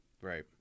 Right